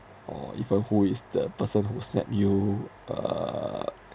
or even who is the person who snap you uh